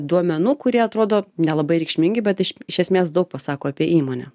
duomenų kurie atrodo nelabai reikšmingi bet iš iš esmės daug pasako apie įmonę